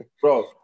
Bro